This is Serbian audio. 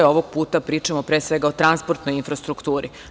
Ovog puta pričamo pre svega o transportnoj infrastrukturi.